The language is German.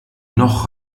noch